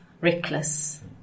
reckless